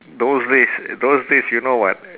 those days those days you know what